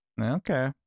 Okay